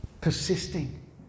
persisting